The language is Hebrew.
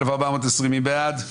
מי בעד?